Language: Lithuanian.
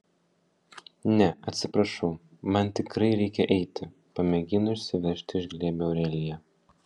ne atsiprašau man tikrai reikia eiti pamėgino išsiveržti iš glėbio aurelija